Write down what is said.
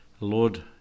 Lord